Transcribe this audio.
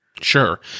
Sure